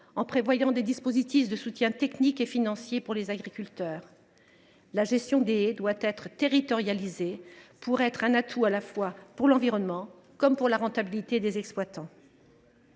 en prévoyant des dispositifs de soutien technique et financier pour les agriculteurs. La gestion des haies doit être territorialisée afin d’être un atout à la fois pour l’environnement et pour la rentabilité des exploitations.